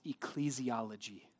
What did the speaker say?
ecclesiology